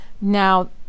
now